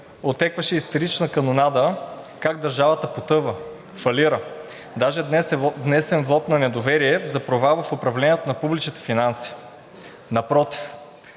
отекваше истерична канонада как държавата потъва, фалира, а днес даже внесен вот на недоверие за провал в управлението на публичните финанси. Напротив,